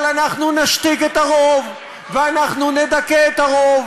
אבל אנחנו נשתיק את הרוב ואנחנו נדכא את הרוב,